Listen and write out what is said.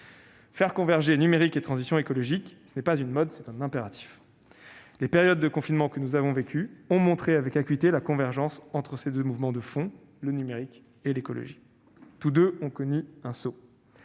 Faire converger le numérique et la transition écologique, ce n'est pas une mode, c'est un impératif ! Les périodes de confinement que nous avons vécues ont montré avec acuité la convergence entre ces deux mouvements de fond, le numérique et l'écologie. Tous deux ont connu un saut